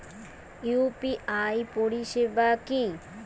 UPI পরিসেবা কি?